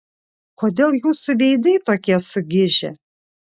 kodėl jūsų veidai tokie sugižę